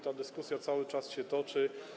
Ta dyskusja cały czas się toczy.